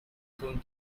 going